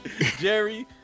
Jerry